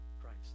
Christ